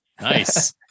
Nice